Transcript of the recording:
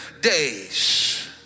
days